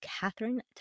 Catherine